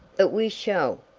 but we shall,